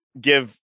give